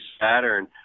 Saturn